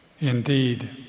Indeed